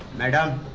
madam,